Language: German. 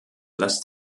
lässt